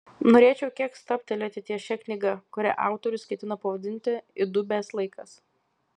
norėčiau kiek stabtelėti ties šia knyga kurią autorius ketino pavadinti įdubęs laikas